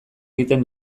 egiten